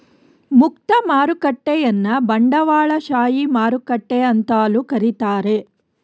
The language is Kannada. ಮುಕ್ತ ಮಾರುಕಟ್ಟೆಯನ್ನ ಬಂಡವಾಳಶಾಹಿ ಮಾರುಕಟ್ಟೆ ಅಂತಲೂ ಕರೀತಾರೆ